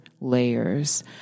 layers